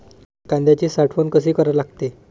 कांद्याची साठवन कसी करा लागते?